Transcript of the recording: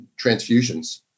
transfusions